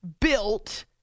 built